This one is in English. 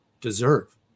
deserve